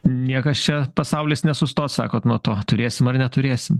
niekas čia pasaulis nesustos sakot nuo to turėsim ar neturėsim